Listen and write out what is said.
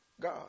God